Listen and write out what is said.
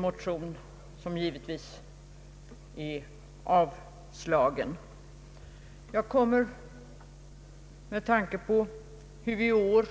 Vi har i år